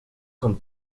con